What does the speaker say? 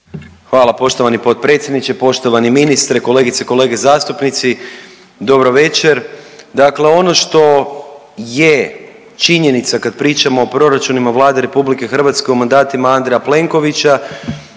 Hvala poštovani potpredsjedniče, poštovani ministre, kolegice i kolege zastupnici. Dobro večer, dakle ono što je činjenica kad pričamo o proračunima Vlade RH u mandatima Andreja Plenkovića,